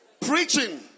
Preaching